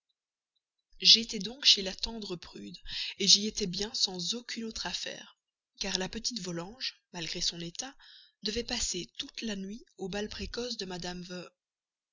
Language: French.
aujourd'hui j'étais donc chez la tendre prude j'y étais bien sans aucune autre affaire car la petite volanges malgré son état devait passer toute la nuit au bal précoce de mme